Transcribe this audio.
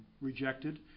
rejected